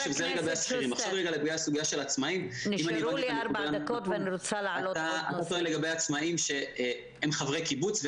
לגבי הסוגיה של העצמאים אתה טוען לגבי עצמאים שהם חברי קיבוץ,